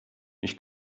ich